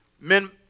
Men